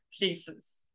places